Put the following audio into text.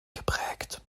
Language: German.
geprägt